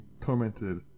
tormented